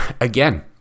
again